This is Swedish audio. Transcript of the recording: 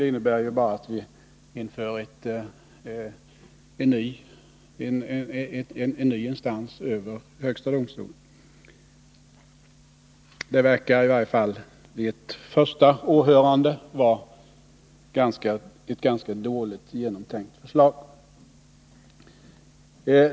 Det innebär ju bara att vi inför en ny instans över högsta domstolen. Det verkar varje fall vid ett första åhörande vara ett ganska dåligt genomtänkt förslag.